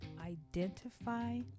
Identify